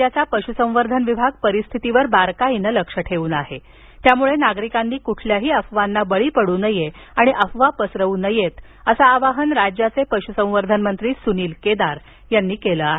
राज्याचा पशु संवर्धन विभाग परिस्थितीवर बारकाईनं लक्ष ठेऊन आहे त्यामुळे नागरिकांनी कुठल्याही अफवांना बळी पडू नये आणि अफवा पसरवू नयेत असं आवाहन राज्याचे पशू संवर्धन मंत्री सुनील केदार यांनी केलं आहे